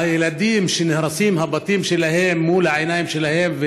הילדים שהבתים שלהם נהרסים מול העיניים שלהם,